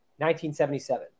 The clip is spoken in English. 1977